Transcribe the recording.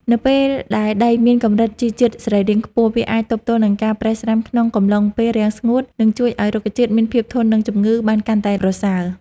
នៅពេលដែលដីមានកម្រិតជីជាតិសរីរាង្គខ្ពស់ វាអាចទប់ទល់នឹងការប្រេះស្រាំក្នុងកំឡុងពេលរាំងស្ងួត និងជួយឱ្យរុក្ខជាតិមានភាពធន់នឹងជំងឺបានកាន់តែប្រសើរ។